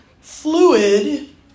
fluid